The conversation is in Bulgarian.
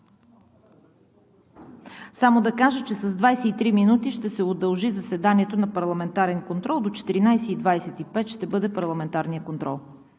Да кажа само, че с 23 минути ще се удължи заседанието на парламентарния контрол – до 14,25 ч. ще бъде парламентарният контрол.